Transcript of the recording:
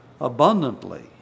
Abundantly